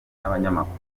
n’abanyamakuru